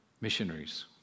missionaries